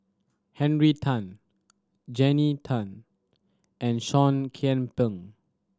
Henry Tan Jannie Tay and Seah Kian Peng